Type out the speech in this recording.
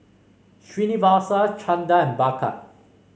Srinivasa Chanda and Bhagat